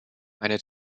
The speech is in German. eine